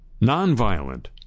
non-violent